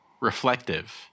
reflective